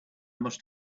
must